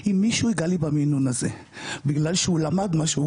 אם מישהו יגע לי במינון הזה בגלל שהוא למד משהו,